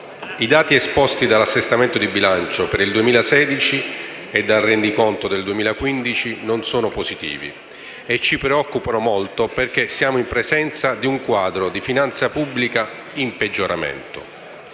i dati esposti dall'Assestamento di bilancio per il 2016 e dal Rendiconto del 2015 non sono positivi e ci preoccupano molto perché siamo in presenza di un quadro di finanza pubblica in peggioramento.